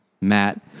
Matt